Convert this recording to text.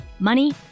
money